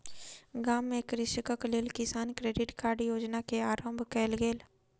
गाम में कृषकक लेल किसान क्रेडिट कार्ड योजना के आरम्भ कयल गेल